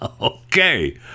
Okay